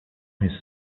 his